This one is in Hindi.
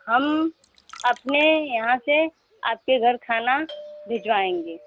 हम अपने यहाँ से आपके घर खाना भिजवाएंगे